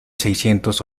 seiscientos